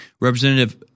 Representative –